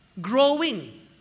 growing